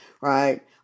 Right